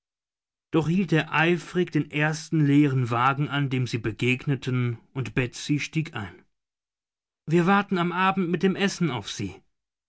doch hielt er eifrig den ersten leeren wagen an dem sie begegneten und betsy stieg ein wir warten am abend mit dem essen auf sie